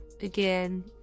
again